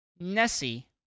Nessie